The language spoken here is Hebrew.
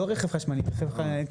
לא מדובר ברכב חשמלי אלא ברכב כללי.